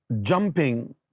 jumping